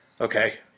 okay